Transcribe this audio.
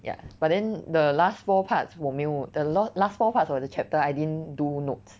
ya but then the last four parts 我没有 the lo~ last four parts of the chapter I didn't do notes